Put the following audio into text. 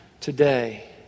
today